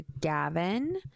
Gavin